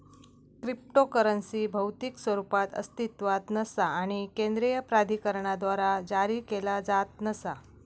cryptocurrency भौतिक स्वरूपात अस्तित्वात नसा आणि केंद्रीय प्राधिकरणाद्वारा जारी केला जात नसा